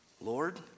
Lord